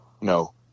no